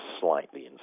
slightly